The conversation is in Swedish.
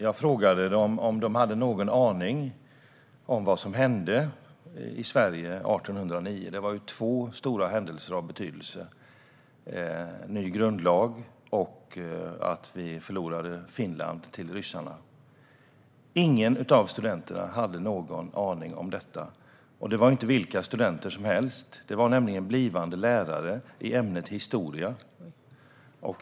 Jag frågade studenterna om de hade någon aning om vad som hände i Sverige 1809. Det var ju två händelser av betydelse det året: en ny grundlag och att vi förlorade Finland till ryssarna. Ingen av studenterna hade någon aning om detta. Och det var inte vilka studenter som helst, utan det var blivande lärare i ämnet historia.